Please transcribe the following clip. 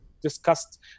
discussed